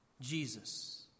Jesus